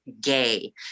gay